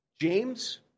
James